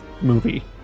movie